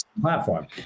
platform